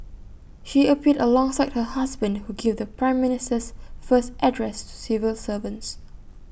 she appeared alongside her husband who gave the prime Minister's first address to civil servants